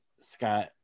Scott